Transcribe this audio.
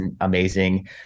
amazing